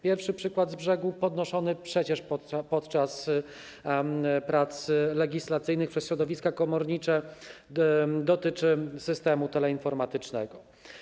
Pierwszy z brzegu przykład, podnoszony przecież podczas prac legislacyjnych przez środowiska komornicze, dotyczy systemu teleinformatycznego.